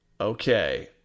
Okay